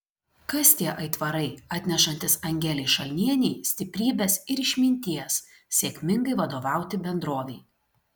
kas tie aitvarai atnešantys angelei šalnienei stiprybės ir išminties sėkmingai vadovauti bendrovei